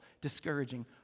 discouraging